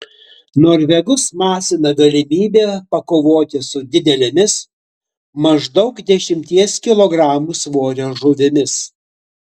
norvegus masina galimybė pakovoti su didelėmis maždaug dešimties kilogramų svorio žuvimis